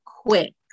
quick